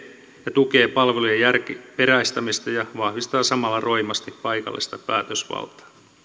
tukee palvelujen järkiperäistämistä ja vahvistaa samalla roimasti paikallista päätösvaltaa